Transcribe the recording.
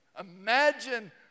Imagine